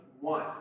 one